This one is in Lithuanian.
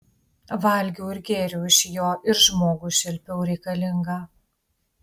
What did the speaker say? valgiau ir gėriau iš jo ir žmogų šelpiau reikalingą